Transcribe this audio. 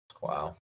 Wow